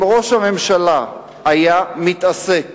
אם ראש הממשלה היה מתעסק